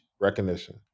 recognition